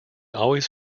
always